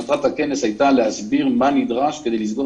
מטרת הכנס הייתה להסביר מה נדרש כדי לסגור